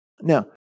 Now